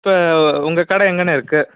இப்போ உங்கள் கடை எங்கண்ணே இருக்கு